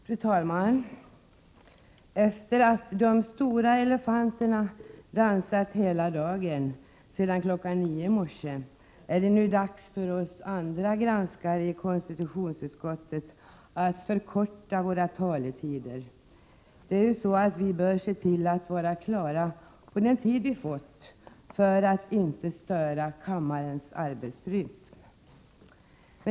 Fru talman! Efter det att de stora elefanterna har dansat hela dagen sedan kl. 9 i morse, är det nu dags för oss andra granskare i konstitutionsutskottet att förkorta våra taletider. Vi bör ju se till att vara klara på den tid som vi har fått oss tilldelad, för att inte störa kammarens arbetsrytm.